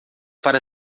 para